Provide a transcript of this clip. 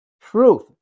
Truth